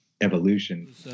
evolution